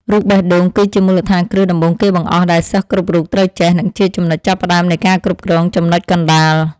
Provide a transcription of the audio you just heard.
រូបបេះដូង គឺជាមូលដ្ឋានគ្រឹះដំបូងគេបង្អស់ដែលសិស្សគ្រប់រូបត្រូវចេះ និងជាចំណុចចាប់ផ្តើមនៃការគ្រប់គ្រងចំណុចកណ្តាល។